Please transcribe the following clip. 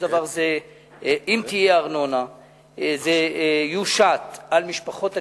אם תהיה ארנונה זה יושת על משפחות הנפטרים,